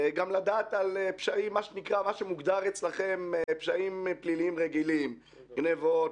לדעת גם על מה שמוגדר אצלכם "פשעים פליליים רגילים" גניבות,